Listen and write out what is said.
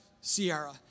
Sierra